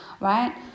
right